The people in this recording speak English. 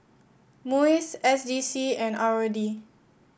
MUIS S D C and R O D